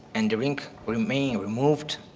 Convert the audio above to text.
and the link remains removed,